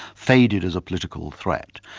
faded as a political threat.